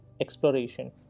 exploration